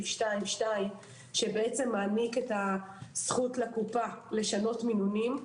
2(2) שמעניק את הזכות לקופה לשנות מינונים,